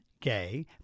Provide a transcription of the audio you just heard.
gay